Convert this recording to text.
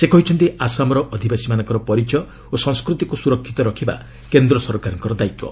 ସେ କହିଛନ୍ତି ଆସାମର ଅଧିବାସୀମାନଙ୍କର ପରିଚୟ ଓ ସଂସ୍କୃତିକୁ ସୁରକ୍ଷିତ ରଖିବା କେନ୍ଦ୍ର ସରକାରଙ୍କ ଦାୟିତ୍ୱ